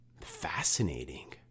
fascinating